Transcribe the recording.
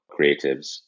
creatives